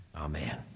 Amen